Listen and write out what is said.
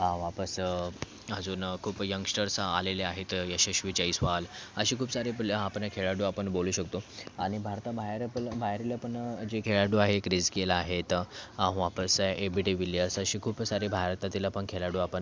वापस अजून खूप यंगस्टर्स आलेले आहेत यशस्वी जयस्वाल अशे खूप सारे प्ले आपण हे खेळाडू आपण बोलू शकतो आणि भारताबाहेर पल बाहेरील पण जे खेळाडू आहे क्रिस गेल आहेत वापस ए बी डी विलियर्स असे खूप सारे भारतातील पण खेळाडू आपण